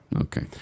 Okay